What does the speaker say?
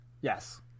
Yes